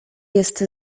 jest